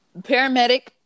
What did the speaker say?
Paramedic